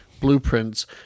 blueprints